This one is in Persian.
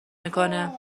میکنه